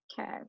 okay